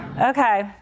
Okay